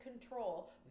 control